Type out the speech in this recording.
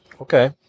Okay